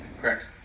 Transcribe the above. Correct